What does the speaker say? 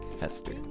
Hester